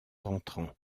rentrant